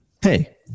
Hey